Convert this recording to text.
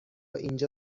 اینجا